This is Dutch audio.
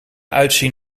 uitzien